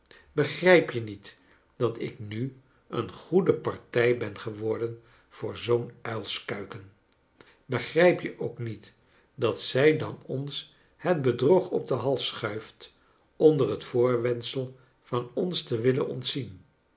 begrijp je niet dat ik nu een goede partij ben geworden voor zoo'n uilskuiken begrijp je ook niet dat zij dan ons het bedrog op den hals sohuift onder het voorwendsel van ons te willen ontzien